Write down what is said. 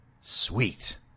Sweet